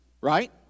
Right